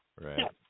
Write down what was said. Right